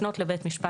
לפנות לבית משפט.